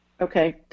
Okay